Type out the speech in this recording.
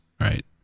right